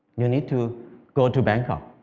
you need to go to bangkok